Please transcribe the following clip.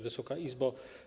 Wysoka Izbo!